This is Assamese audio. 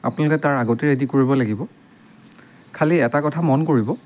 আপোনালোকে তাৰ আগতে ৰেডী কৰিব লাগিব খালি এটা কথা মন কৰিব